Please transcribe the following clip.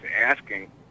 asking